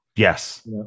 Yes